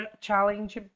challenge